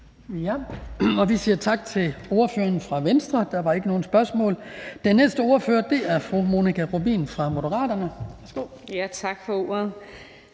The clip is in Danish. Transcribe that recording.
Vi siger tak til ordføreren fra Venstre. Der var ikke nogen spørgsmål. Den næste ordfører er fru Monika Rubin fra Moderaterne. Værsgo. Kl.